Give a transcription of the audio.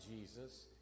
Jesus